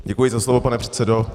Děkuji za slovo, pane předsedo.